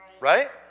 Right